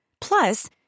Plus